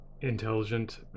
intelligent